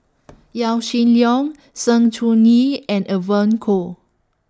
Yaw Shin Leong Sng Choon Yee and Evon Kow